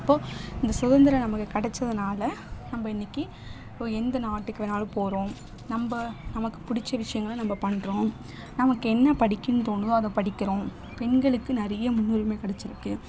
இப்போ இந்த சுதந்திரம் நமக்கு கிடச்சதுனால நம்ப இன்னக்கு ஸோ எந்த நாட்டுக்கு வேணாலும் போகறோம் நம்ப நமக்கு பிடிச்ச விஷயங்கள நம்ப பண்ணுறோம் நமக்கு என்ன படிக்கணுன்னு தோணுதோ அதை படிக்கிறோம் பெண்களுக்கு நிறைய முன்னுரிமை கிடச்சிருக்கு